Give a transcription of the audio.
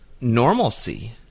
normalcy